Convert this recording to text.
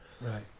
right